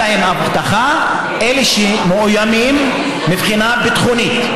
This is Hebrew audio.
להם אבטחה הם אלה שמאוימים מבחינה ביטחונית.